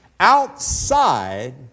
outside